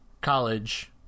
college